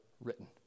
written